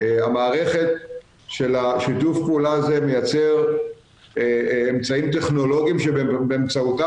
המערכת של שיתוף הפעולה הזה מייצרת אמצעים טכנולוגיים שבאמצעותם